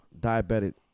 diabetic